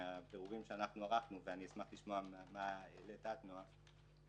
מהבירורים שאנחנו ערכנו, ואשמח לשמוע את דעת נועה,